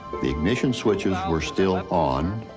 the ignition switches were still ah on.